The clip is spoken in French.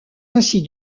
ainsi